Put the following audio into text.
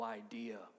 idea